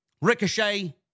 Ricochet